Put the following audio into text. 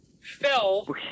fell